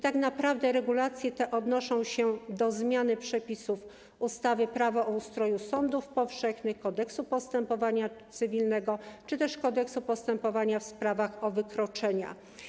Tak naprawdę regulacje te odnoszą się do zmiany przepisów ustawy - Prawo o ustroju sądów powszechnych, Kodeksu postępowania cywilnego czy też Kodeksu postępowania w sprawach o wykroczenia.